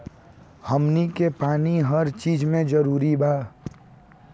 हमनी के पानी हर चिज मे जरूरी बा